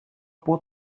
può